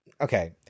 okay